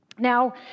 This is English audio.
Now